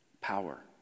power